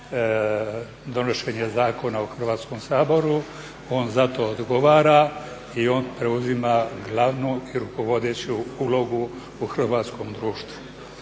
donošenja zakona u Hrvatskom saboru, on za to odgovara i on preuzima glavnu i rukovodeću ulogu u hrvatskom društvu.